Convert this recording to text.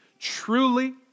Truly